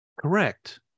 Correct